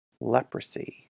Leprosy